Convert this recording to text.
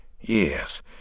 Yes